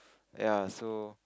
ya so